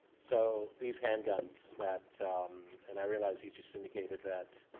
so these handguns that and i realize you just indicated that